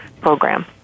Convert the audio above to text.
program